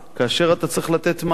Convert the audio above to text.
כאשר אתה צריך מענה,